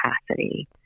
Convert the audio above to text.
capacity